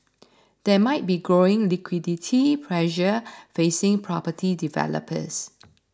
there might be growing liquidity pressure facing property developers